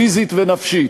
פיזית ונפשית.